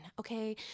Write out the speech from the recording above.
Okay